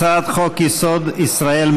הצעת חוק-יסוד: ישראל,